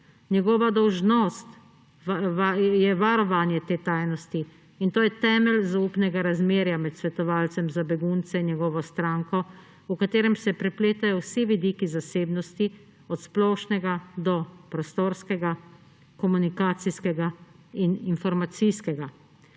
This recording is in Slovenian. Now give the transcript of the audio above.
Njegova dolžnost je varovanje te tajnosti in to je temelj zaupnega razmerja med svetovalcem za begunce in njegovo stranko, v katerem se prepletajo vsi vidiki zasebnosti, od splošnega do prostorskega, komunikacijskega in informacijskega.